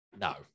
No